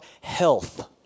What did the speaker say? health